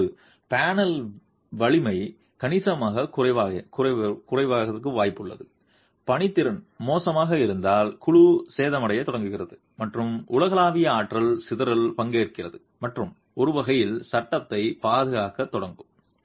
இப்போது பேனலின் வலிமை கணிசமாகக் குறைவாகவும் பணித்திறன் மோசமாக இருந்தால் குழு சேதமடையத் தொடங்குகிறது மற்றும் உலகளாவிய ஆற்றல் சிதறலில் பங்கேற்கிறது மற்றும் ஒரு வகையில் சட்டத்தைப் பாதுகாக்கத் தொடங்கும்